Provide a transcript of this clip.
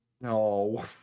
No